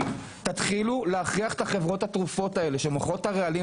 תתחילו להכריח את חברות התרופות האלה שמוכרות את הרעלים